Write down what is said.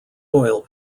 oil